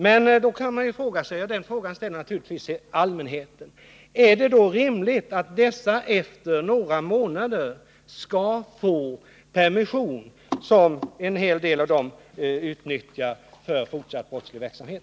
Men allmänheten ställer sig naturligtvis frågan: Är det rimligt att dessa narkotikalangare efter några månader skall få permission, som en hel del av dem utnyttjar för fortsatt brottslig verksamhet?